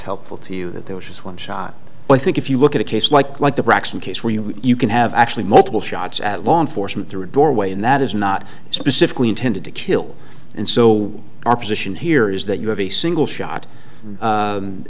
helpful to you that there was one shot i think if you look at a case like like the braxton case where you you can have actually multiple shots at law enforcement through a doorway and that is not specifically intended to kill and so our position here is that you have a single shot